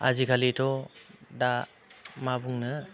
आजिखालिथ' दा मा बुंनो